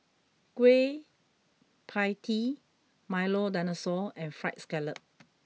Kueh Pie Tee Milo Dinosaur and Fried Scallop